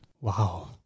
Wow